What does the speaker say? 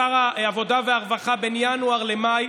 שר העבודה והרווחה בין ינואר למאי.